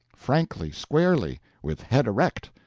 frankly, squarely, with head erect,